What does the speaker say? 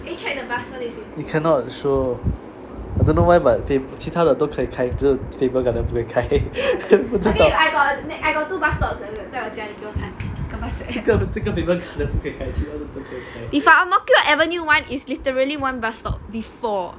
they cannot show I don't know why but 其他的可以开 but 只有 faber garden 不可以开 不知道